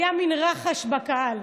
היה מין רחש בקהל,